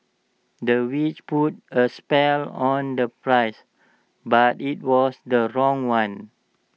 the witch put A spell on the price but IT was the wrong one